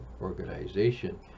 organization